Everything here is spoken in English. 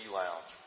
lounge